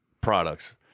products